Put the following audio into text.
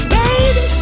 baby